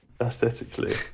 aesthetically